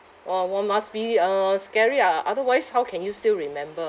!wah! !wah! must be uh scary ah uh otherwise how can you still remember